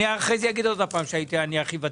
אחרי זה אני אגיד שוב שהייתי הכי ותיק.